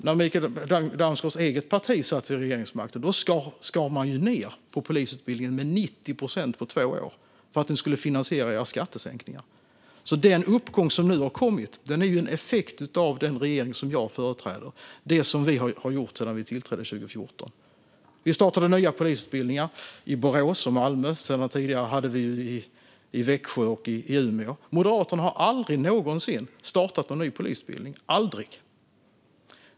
När Mikael Damsgaards eget parti satt vid regeringsmakten skar ni ju ned på polisutbildningen med 90 procent på två år för att finansiera era skattesänkningar. Den uppgång som nu har kommit är en effekt av den regering som jag företräder och det som vi har gjort sedan vi tillträdde 2014. Vi startade nya polisutbildningar i Borås och Malmö. Sedan tidigare hade vi utbildningar i Växjö och Umeå. Moderaterna har aldrig någonsin startat en ny polisutbildning. Aldrig.